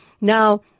Now